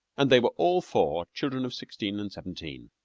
and they were all four children of sixteen and seventeen.